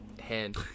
Hand